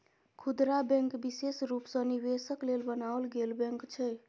खुदरा बैंक विशेष रूप सँ निवेशक लेल बनाओल गेल बैंक छै